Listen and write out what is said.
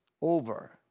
over